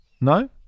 No